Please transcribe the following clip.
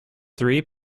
three